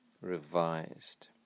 revised